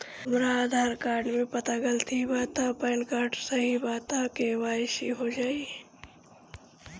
हमरा आधार कार्ड मे पता गलती बा त पैन कार्ड सही बा त के.वाइ.सी हो जायी?